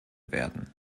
werden